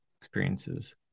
experiences